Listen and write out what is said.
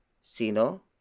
Sino